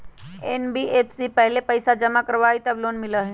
NBFC पहले पईसा जमा करवहई जब लोन मिलहई?